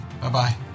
Bye-bye